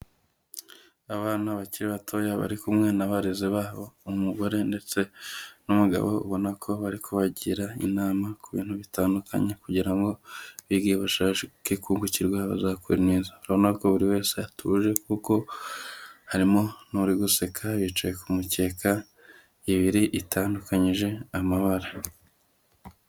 Abana bakiri batoya bari kumwe n'abarezi babo umugore ndetse n'umugabo ubona ko bari kubagira inama ku bintu bitandukanye kugira ngo igihe bashakebukirwa bazakura neza urabona ko buri wese atuje kuko harimo n'uri guseka yicaye ku mukeka ibiri itandukanyije amabara.